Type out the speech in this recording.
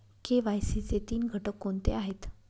KYC चे तीन घटक कोणते आहेत?